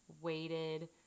weighted